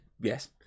Yes